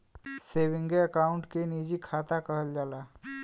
सेवींगे account के निजी खाता कहल जाला